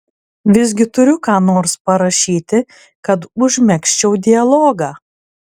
visgi turiu ką nors parašyti kad užmegzčiau dialogą